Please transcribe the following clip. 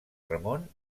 ramon